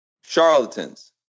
charlatans